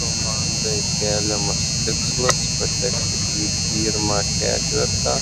komandai keliamas tikslas patekti į pirmą ketvertą